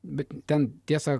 bet ten tiesa